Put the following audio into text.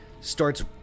starts